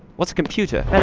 what's a computer? and